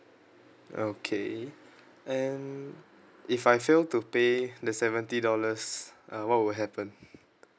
okay and if I fail to pay the seventy dollars uh what will happen